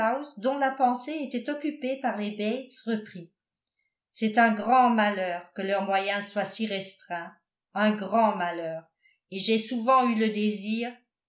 dont la pensée était occupée par les bates reprit c'est un grand malheur que leurs moyens soient si restreints un grand malheur et j'ai souvent eu le désir